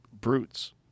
brutes